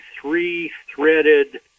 three-threaded